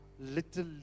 Little